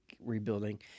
rebuilding